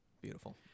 beautiful